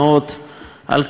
על כך שהאו"ם,